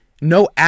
No